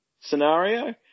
scenario